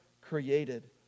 created